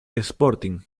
sporting